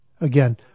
Again